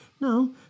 No